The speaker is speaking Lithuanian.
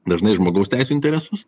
dažnai žmogaus teisių interesus